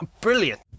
brilliant